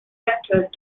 actuelles